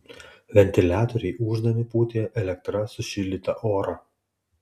ventiliatoriai ūždami pūtė elektra sušildytą orą